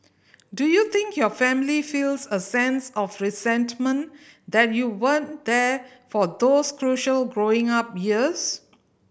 do you think your family feels a sense of resentment that you weren't there for those crucial growing up years